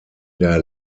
der